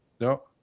No